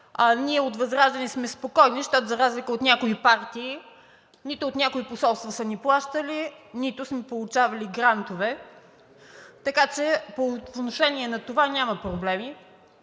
Ние от ВЪЗРАЖДАНЕ сме спокойни, защото, за разлика от някои партии, нито от някои посолства са ни плащали, нито сме получавали грантове, така че по отношение на това няма проблеми.